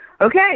Okay